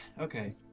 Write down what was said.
okay